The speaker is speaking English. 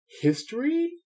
history